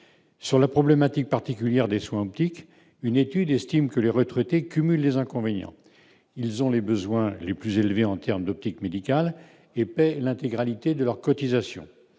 sur la problématique particulière des soins optiques une étude estime que les retraités cumule les inconvénients, ils ont les besoins les plus élevés en terme d'optique médicale et paient l'intégralité de leurs cotisations,